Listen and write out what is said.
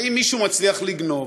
אם מישהו מצליח לגנוב,